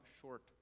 short